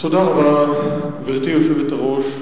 תודה רבה, גברתי היושבת-ראש.